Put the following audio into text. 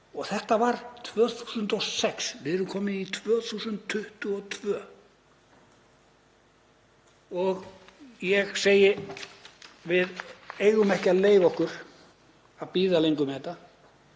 Þetta var 2006 en við erum komin í 2022 og ég segi: Við eigum ekki að leyfa okkur að bíða lengur með þetta.